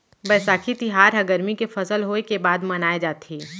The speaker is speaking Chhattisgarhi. बयसाखी तिहार ह गरमी के फसल होय के बाद मनाए जाथे